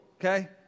okay